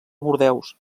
bordeus